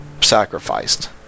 sacrificed